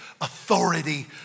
authority